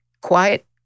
Quiet